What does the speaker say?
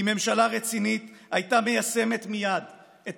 כי ממשלה רצינית הייתה מיישמת מייד את